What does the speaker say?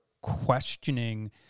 questioning